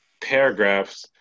paragraphs